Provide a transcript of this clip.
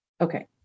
Okay